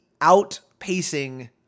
outpacing